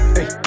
Hey